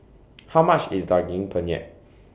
How much IS Daging Penyet